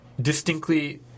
distinctly